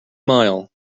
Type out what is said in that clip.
mile